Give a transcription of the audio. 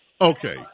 Okay